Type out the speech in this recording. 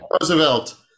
Roosevelt